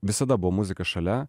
visada buvo muzika šalia